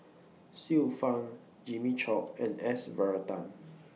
Xiu Fang Jimmy Chok and S Varathan